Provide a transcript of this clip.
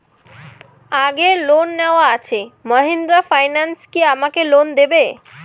আগের লোন নেওয়া আছে মাহিন্দ্রা ফাইন্যান্স কি আমাকে লোন দেবে?